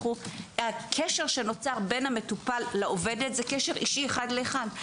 הקשר שנוצר בין המטופל לעובדת זה קשר אישי אחד לאחד.